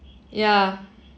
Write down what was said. ya